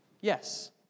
Yes